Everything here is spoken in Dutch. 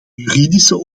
juridische